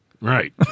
Right